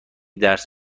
درس